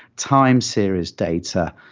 time series data,